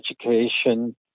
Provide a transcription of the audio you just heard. education